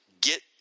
get